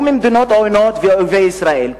בו הוא ממדינות עוינות ואויבי ישראל.